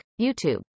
YouTube